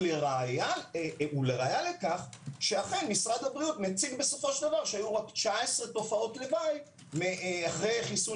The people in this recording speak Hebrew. ולראיה שאכן משרד הבריאות מציד שהיו רק 19 תופעות לוואי אחרי חיסון